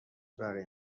بقیه